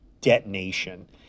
detonation